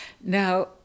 Now